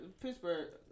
Pittsburgh